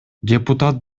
депутат